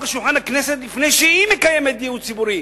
על שולחן הכנסת לפני שהיא מקיימת דיון ציבורי,